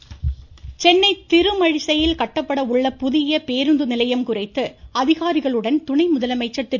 பன்னீர்செல்வம் சென்னை திருமழிசையில் கட்டப்பட உள்ள புதிய பேருந்துநிலையம் குறித்து அதிகாரிகளுடன் துணை முதலமைச்சர் திரு